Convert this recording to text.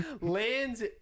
Lands